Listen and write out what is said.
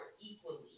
equally